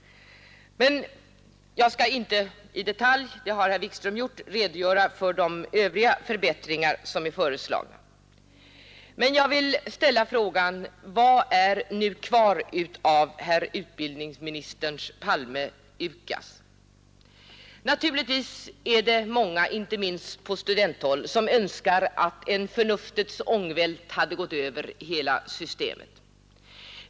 Jag skall inte i detalj redogöra för de övriga förbättringar som vi har föreslagit. Det har herr Wikström gjort. Men jag vill ställa frågan: Vad finns nu kvar av dåvarande utbildningsministern Palmes UKAS? Naturligtvis önskar många, inte minst på studenthåll, att en förnuftets ångvält hade gått över hela systemet.